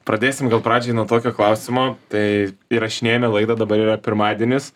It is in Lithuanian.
pradėsim gal pradžiai nuo tokio klausimo tai įrašinėjame laidą dabar yra pirmadienis